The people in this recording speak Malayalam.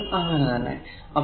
അടുത്തതും അങ്ങനെ തന്നെ